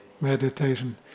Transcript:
Meditation